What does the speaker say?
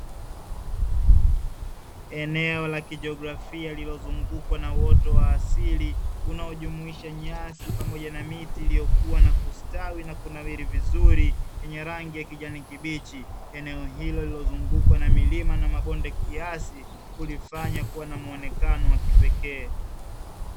Eneo la kijiografia lililozungukwa na uoto wa asili, unaojumuisha nyasi pamoja na miti iliyokuwa na kustawi na kunawiri vizuri, yenye rangi ya kijani kibichi. Eneo hilo lililozungukwa na milima na mabonde kiasi, kulifanya kuwa na muonekano wa kipekee.